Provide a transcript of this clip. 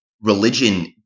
religion